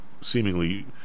seemingly